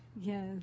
Yes